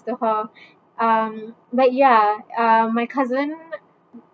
to her um but ya uh my cousin